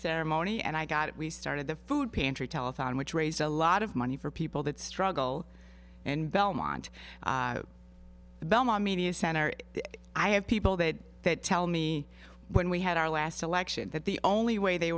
ceremony and i got it we started the food pantry telethon which raised a lot of money for people that struggle and belmont the belmont media center i have people that tell me when we had our last election that the only way they